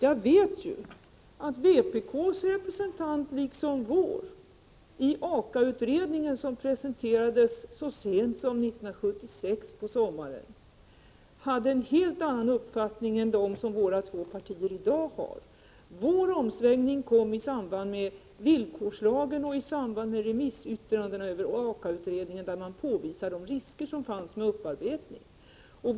Jag vet att vpk:s representant, liksom vår, i AKA-utredningen, vars resultat presenterades så sent som 1976 på sommaren, hade en helt annan uppfattning än den som våra två partier i dag har. Vår omsvängning kom i samband med villkorslagen och i samband med remissyttrandena över AKA-utredningen, där man påvisade de risker som fanns med upparbetning.